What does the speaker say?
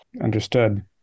Understood